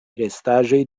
restaĵoj